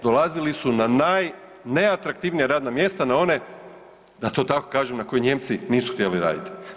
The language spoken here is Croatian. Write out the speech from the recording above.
Dolazili su na najneatraktivnija radna mjesta, na one, da to tako kažem, na koje Nijemci nisu htjeli raditi.